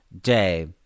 day